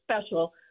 special